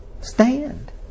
Stand